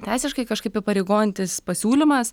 teisiškai kažkaip įpareigojantis pasiūlymas